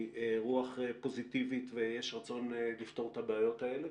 שהיא רוח פוזיטיבית ויש רצון לפתור את הבעיות האלה.